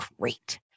great